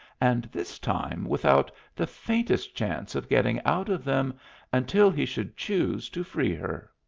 and this time without the faintest chance of getting out of them until he should choose to free her.